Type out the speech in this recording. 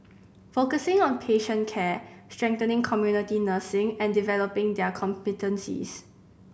focusing on patient care strengthening community nursing and developing their competencies